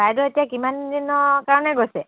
বাইদেউ এতিয়া কিমান দিনৰ কাৰণে গৈছে